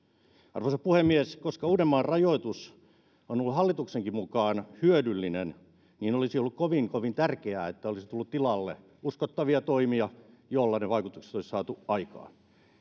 arvoisa puhemies koska uudenmaan rajoitus on ollut hallituksenkin mukaan hyödyllinen niin olisi ollut kovin kovin tärkeää että olisi tullut tilalle uskottavia toimia joilla ne vaikutukset olisi saatu aikaan